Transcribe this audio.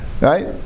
Right